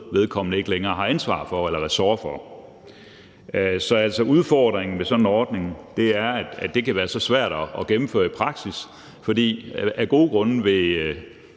vedkommende ikke længere har ansvaret for, eller som er vedkommendes ressort. Så udfordringen ved sådan en ordning er, at det kan være svært at gennemføre i praksis, for af gode grunde vil